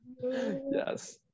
yes